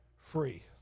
free